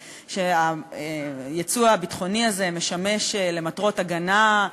והיצוא הביטחוני הזה משמש למטרות הגנה,